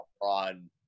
on